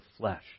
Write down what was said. flesh